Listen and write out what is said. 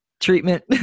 treatment